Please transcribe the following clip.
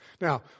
Now